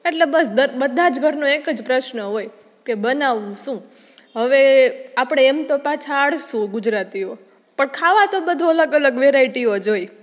એટલે બસ બધા જ ઘરનો એક જ પ્રશ્ન હોય કે બનાવવું શું હવે આપણે એમ તો પાછા આળસુ ગુજરાતીઓ પણ ખાવા તો બધું અલગ અલગ વેરાઇટીઓ જોઈએ